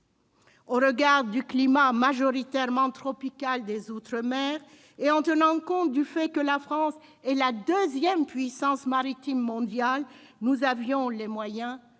Au regard du climat majoritairement tropical des outre-mer et compte tenu du fait que la France est la deuxième puissance maritime mondiale, nous avions les moyens de devenir